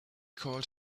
called